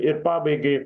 ir pabaigai